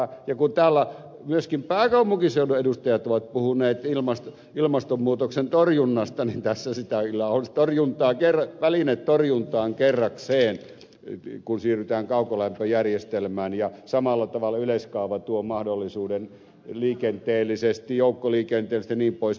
ja kun täällä myöskin pääkaupunkiseudun edustajat ovat puhuneet ilmastonmuutoksen torjunnasta niin tässä sitä välinettä torjuntaan on kyllä kerrakseen kun siirrytään kaukolämpöjärjestelmään ja samalla tavalla yleiskaava tuo mahdollisuuden liikenteellisesti joukkoliikenteellisesti jnp